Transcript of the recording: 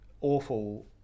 awful